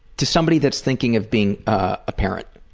to somebody that's thinking of being a parent,